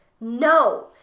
No